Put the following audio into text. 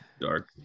dark